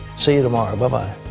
see you tomorrow, bye-bye.